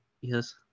Yes